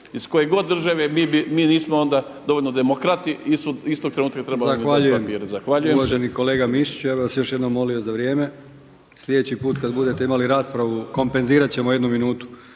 iz koje god države mi nismo onda dovoljno demokrati i istog trenutak treba im dati papire.